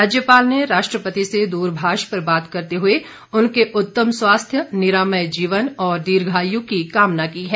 राज्यपाल ने राष्ट्रपति से दूरभाष पर बात करते हुए उनके उत्तम स्वास्थ्य निरामय जीवन और दीर्घायु की कामना की है